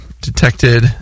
detected